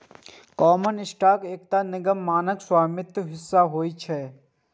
common stock एकटा निगमक मानक स्वामित्व हिस्सा होइ छै